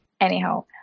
anyhow